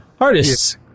Artists